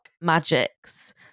magics